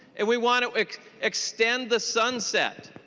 and we want to extend the sunset.